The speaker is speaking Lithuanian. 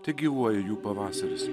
tegyvuoja jų pavasaris